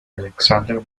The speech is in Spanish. alexander